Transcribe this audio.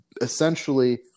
essentially